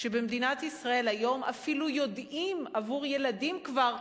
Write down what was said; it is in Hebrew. שבמדינת ישראל היום אפילו יודעים, עבור ילדים כבר,